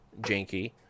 janky